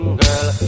girl